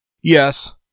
Yes